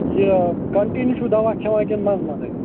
یہِ کَنٹِنیوٗ چھُو دوا کھٮ۪وان کِنہٕ منٛز منٛزٕے